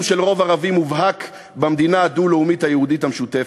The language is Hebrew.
של רוב ערבי מובהק במדינה הדו-לאומית היהודית המשותפת.